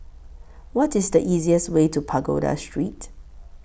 What IS The easiest Way to Pagoda Street